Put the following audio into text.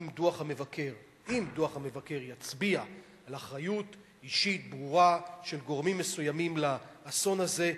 אם דוח המבקר יצביע על אחריות אישית ברורה של גורמים מסוימים לאסון הזה,